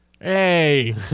Hey